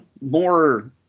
more